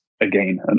again